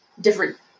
different